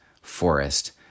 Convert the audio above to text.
forest